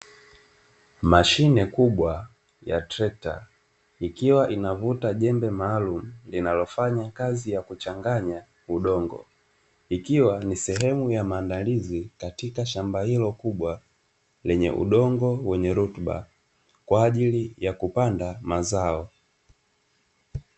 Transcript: Mashine kubwa ya trekta, ikiwa inavuta jembe maalumu linalofanya kazi ya kuchanganya udongo. Ikiwa ni sehemu ya maandalizi katika shamba hilo kubwa lenye udongo wenye rutuba kwa ajili ya kupanda mazao.